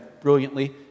brilliantly